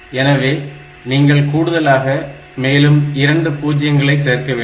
எனவே நீங்கள் கூடுதலாக மேலும் 2 பூஜ்ஜியங்களை சேர்க்க வேண்டும்